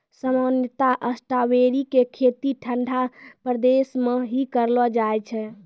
सामान्यतया स्ट्राबेरी के खेती ठंडा प्रदेश मॅ ही करलो जाय छै